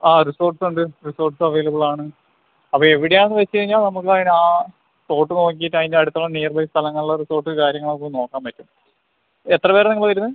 ആ റിസോർട്ട് ഉണ്ട് റിസോർട്ട്സും അവൈലബിൾ ആണ് അപ്പം എവിടെയാണെന്ന് വെച്ച് കഴിഞ്ഞാൽ നമുക്ക് അതിനെ ആ സ്പോട്ട് നോക്കിയിട്ട് അതിന്റെ അടുത്തുള്ള നിയർബൈ സ്ഥലങ്ങളിലെ റിസോർട്ട് കാര്യങ്ങൾ ഒക്കെ ഒന്ന് നോക്കാൻ പറ്റും എത്ര പേരാണ് നിങ്ങൾ വരുന്നത്